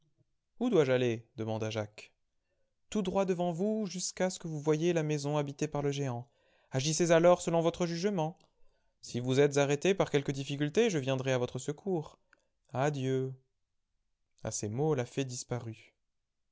où dois-je aller demanda jacques tout droit devant vous jusqu'à ce que voue voyiez la maison habitée par le géant agissez a oyb selon votre jugement si vous êtes arrêté par quel que difficulté je viendrai à votre secours adieu a ces mots la fée disparut